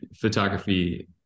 photography